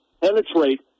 penetrate